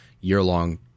year-long